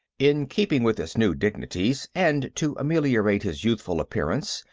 in keeping with his new dignities, and to ameliorate his youthful appearance,